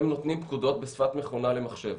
הם נותנים פקודות בשפת מכונה למחשב.